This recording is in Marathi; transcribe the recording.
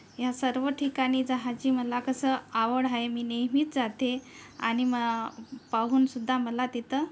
ह्या सर्व ठिकाणी जाहाची मला कसं आवड आहे मी नेहमीच जाते आणि म पाहूनसुद्धा मला तिथं